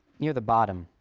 near the bottom.